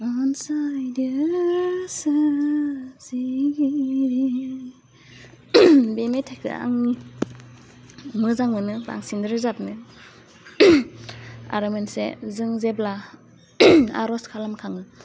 अनसाइदो सोरजिगिरि बे मेथाइखौ आंनि मोजां मोनो बांसिन रोजाबनो आरो मोनसे जों जेब्ला आर'ज खालाम खाङो